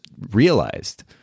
realized